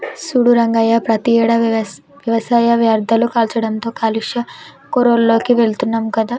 సూడు రంగయ్య ప్రతియేడు వ్యవసాయ వ్యర్ధాలు కాల్చడంతో కాలుష్య కోరాల్లోకి వెళుతున్నాం కదా